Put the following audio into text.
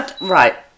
Right